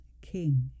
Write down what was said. king